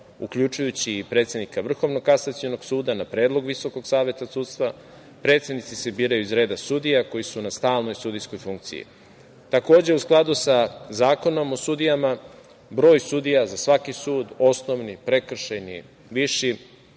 uključujući i predsednika Vrhovnog kasacionog suda, na predlog Visokog saveta sudstva. Predsednici se biraju iz redova sudija koji su na stalnoj sudijskog funkciji. Takođe, u skladu sa Zakonom o sudijama, broj sudija za svaki sud, osnovni, prekršajni, viši,